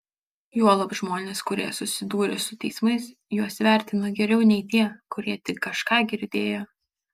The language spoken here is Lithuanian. juolab žmonės kurie susidūrė su teismais juos vertina geriau nei tie kurie tik kažką girdėjo